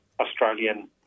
Australian